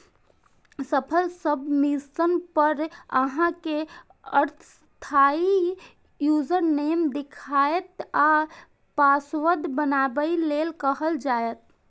सफल सबमिशन पर अहां कें अस्थायी यूजरनेम देखायत आ पासवर्ड बनबै लेल कहल जायत